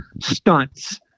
stunts